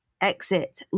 exit